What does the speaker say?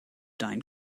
dein